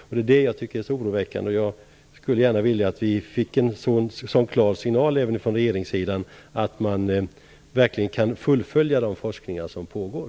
Detta tycker jag är mycket oroväckande. Jag skulle önska att man gav en så klar signal även från regeringssidan att de forskningsprojekt som pågår skulle kunna fullföljas.